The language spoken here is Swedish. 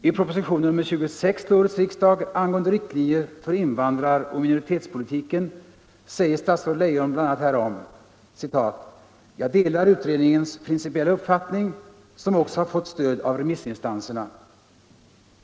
I proposition 26 till årets riksdag angående riktlinjer för invandraroch minoritetspolitiken säger statsrådet Leijon härom bl.a.: ”Jag delar utredningens principiella uppfattning, som också har fått stöd av remissinstanserna.